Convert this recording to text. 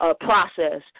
process